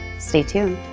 stay tuned.